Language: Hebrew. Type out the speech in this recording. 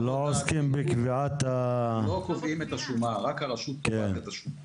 לא קובעים את השומה, רק הרשות קובעת את השומה.